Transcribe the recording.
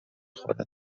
خوره